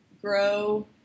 grow